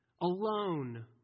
alone